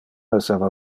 esseva